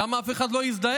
למה אף אחד לא הזדעק?